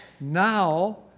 Now